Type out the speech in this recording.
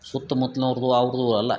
ಸುತ್ತುಮುತ್ಲನವ್ರ್ದು ಅವ್ರದ್ದು ಅಲ್ಲ